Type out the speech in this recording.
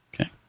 Okay